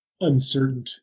uncertain